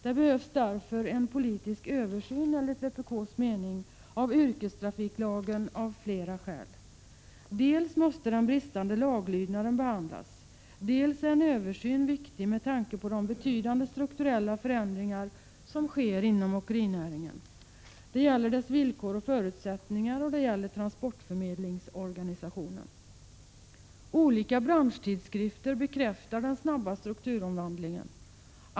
Det behövs därför enligt vpk:s mening av flera skäl en politisk översyn av yrkestrafiklagen. Dels måste den bristande laglydnaden behandlas, dels är en översyn viktig med tanke på de betydande strukturella förändringar som sker inom åkerinäringen. Det gäller dess villkor och förutsättningar och det gäller transportförmedlingsorganisationen. Olika branschtidskrifter bekräftar den snabba strukturomvandlingen.